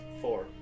four